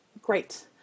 Great